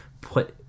put